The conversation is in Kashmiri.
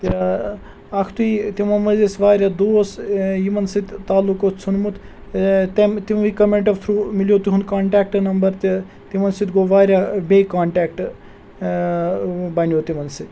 تہِ ٲں اَکھتُے تِمو منٛز ٲسۍ واریاہ دوٗس ٲں یِمن سۭتۍ تعلق اوٗس ژھیٚونمُت ٲں تمہِ تِموٕے کوٚمیٚنٛٹو تھرٛوٗ مِلیو تِہُنٛد کنٹیکٹہٕ نمبر تہِ تِمن سۭتۍ گوٚو واریاہ بیٚیہِ کنٹیکٹہٕ ٲں بَنیو تِمن سۭتۍ